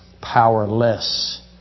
powerless